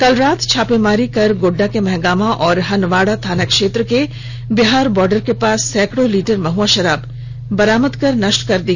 कल रात छापेमारी कर गोड्डा के महागामा और हनवाड़ा थाना क्षेत्र के बिहार बॉर्डर के पास सैकड़ों लीटर महुआ शराब बरामद कर नष्ट कर दी